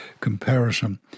comparison